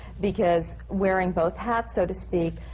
because wearing both hats, so to speak,